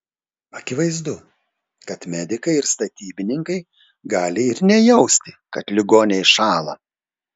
akivaizdu kad medikai ir statybininkai gali ir nejausti kad ligoniai šąla